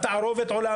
התערובת עולה,